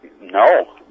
no